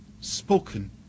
spoken